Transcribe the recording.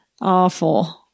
Awful